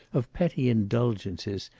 of petty indulgences,